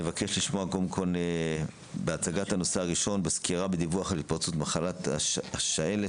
נבקש לשמוע את הצגת הנושא על ידי חברת הכנסת צגה מלקו.